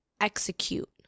execute